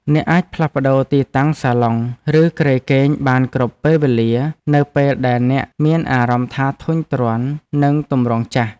អ្នកអាចផ្លាស់ប្ដូរទីតាំងសាឡុងឬគ្រែគេងបានគ្រប់ពេលវេលានៅពេលដែលអ្នកមានអារម្មណ៍ថាធុញទ្រាន់នឹងទម្រង់ចាស់។